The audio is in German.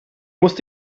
musst